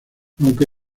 aunque